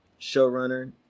showrunner